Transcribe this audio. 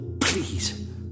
please